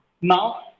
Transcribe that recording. now